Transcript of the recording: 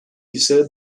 ise